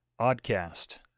Oddcast